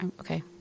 Okay